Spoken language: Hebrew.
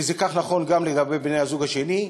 וזה כך נכון לגבי בן-הזוג השני,